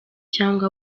cyangwa